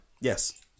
yes